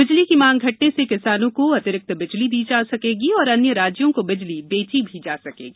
बिजली की मांग घटने से किसानों को अतिरिक्त बिजली दी जा सकेगी तथा अन्य राज्यों को बिजली बेची भी जा सकेगी